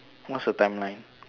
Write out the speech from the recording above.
what's the timeline